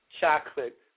Chocolate